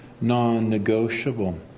non-negotiable